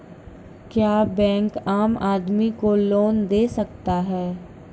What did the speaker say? क्या बैंक आम आदमी को लोन दे सकता हैं?